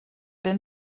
been